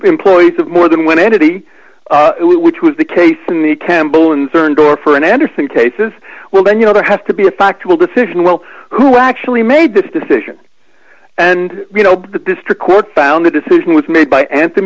employees of more than one entity which was the case in the campbell and certain door for an andersen cases well then you know there has to be a fact will decision will who actually made this decision and you know the district court found the decision was made by anthem